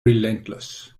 relentless